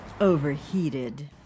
overheated